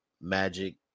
magic